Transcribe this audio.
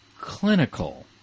clinical